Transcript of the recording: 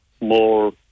more